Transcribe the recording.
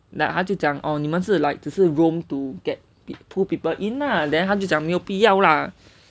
then like 他就讲哦你们是 like 只是 roam to get two people in lah then 他就讲没有必要啦